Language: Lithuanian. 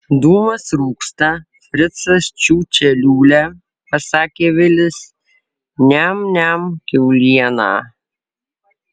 dūmas rūksta fricas čiūčia liūlia pasakė vilis niam niam kiaulieną